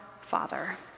Father